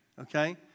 Okay